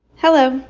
hello.